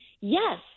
Yes